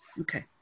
Okay